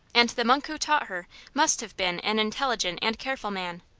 and the monk who taught her must have been an intelligent and careful man.